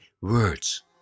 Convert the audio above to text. words